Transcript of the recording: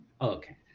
okay